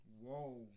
Whoa